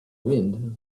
wind